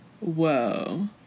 Whoa